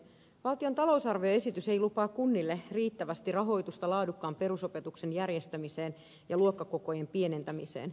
valtion talousarvioesitys ei lupaa kunnille riittävästi rahoitusta laadukkaan perusopetuksen järjestämiseen ja luokkakokojen pienentämiseen